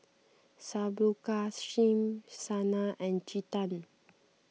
Subbulakshmi Sanal and Chetan